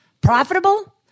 profitable